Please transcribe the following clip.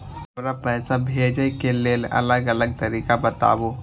हमरा पैसा भेजै के लेल अलग अलग तरीका बताबु?